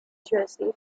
jersey